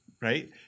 right